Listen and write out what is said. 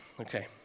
okay